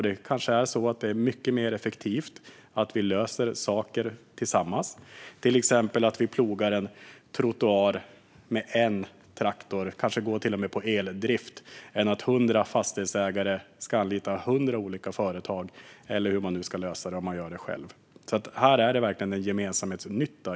Det kanske är mycket mer effektivt att vi löser saker tillsammans, till exempel att vi plogar en trottoar med en traktor som kanske till och med är eldriven, än att hundra fastighetsägare ska anlita hundra olika företag, eller hur man nu ska lösa det om man gör det själv. Här är det verkligen en gemensamhetsnytta.